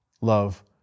love